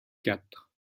quatre